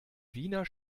wiener